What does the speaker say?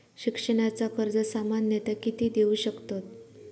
शिक्षणाचा कर्ज सामन्यता किती देऊ शकतत?